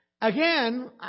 Again